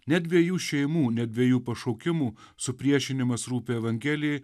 ne dviejų šeimų ne dviejų pašaukimų supriešinimas rūpi evangelijai